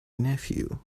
nephew